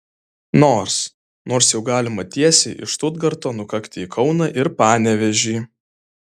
nors nors jau galima tiesiai iš štutgarto nukakti į kauną ir panevėžį